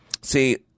See